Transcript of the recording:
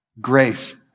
Grace